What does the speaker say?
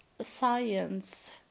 science